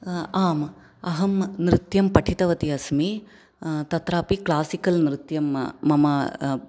आम् अहं नृत्यं पठितवती अस्मि तत्रापि क्लासिकल् नृत्यं मम